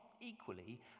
equally